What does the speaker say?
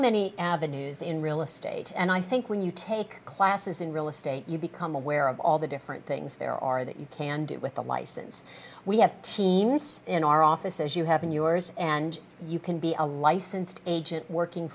many avenues in real estate and i think when you take classes in real estate you become aware of all the different things there are that you can do with a license we have teams in our office as you have in yours and you can be a licensed agent working